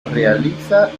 realiza